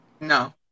No